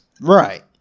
Right